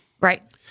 right